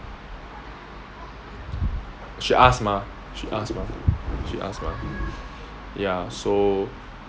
should ask mah should ask mah should ask mah ya so